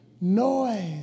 noise